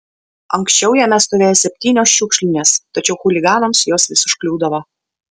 anksčiau jame stovėjo septynios šiukšlinės tačiau chuliganams jos vis užkliūdavo